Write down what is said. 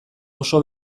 oso